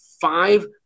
five